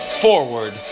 Forward